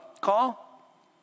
call